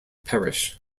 parish